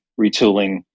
retooling